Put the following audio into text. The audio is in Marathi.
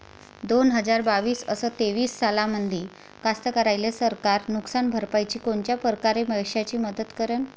दोन हजार बावीस अस तेवीस सालामंदी कास्तकाराइले सरकार नुकसान भरपाईची कोनच्या परकारे पैशाची मदत करेन?